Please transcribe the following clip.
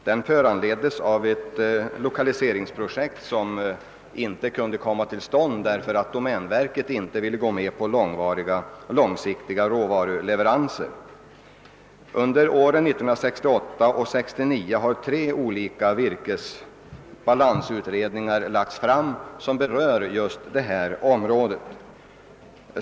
Den föranleddes av ett lokaliseringsprojekt, som inte kunde komma till stånd därför att domänverket inte ville gå med på långsiktiga råvaruleveranser. Under åren 1968—1969 har tre olika virkesbalansutredningar lagts fram som berör det här aktuella området.